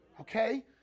Okay